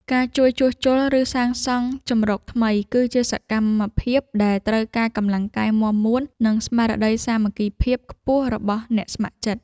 ការជួយជួសជុល ឬសាងសង់ជម្រកថ្មី គឺជាសកម្មភាពដែលត្រូវការកម្លាំងកាយមាំមួន និងស្មារតីសាមគ្គីភាពខ្ពស់របស់អ្នកស្ម័គ្រចិត្ត។